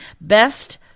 Best